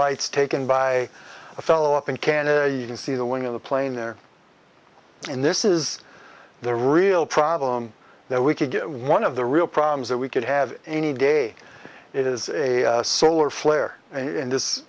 lights taken by a fellow up in canada you can see the one of the plane there in this is the real problem that we could get one of the real problems that we could have any day it is a solar flare and this